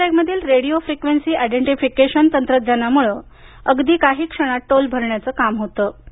फास्टॅगमधील radio frequency identification तंत्रज्ञानामुळं अगदी काही क्षणात टोल भरण्याचं काम होतं